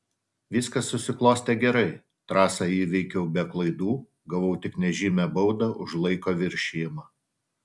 viskas susiklostė gerai trasą įveikiau be klaidų gavau tik nežymią baudą už laiko viršijimą